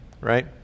right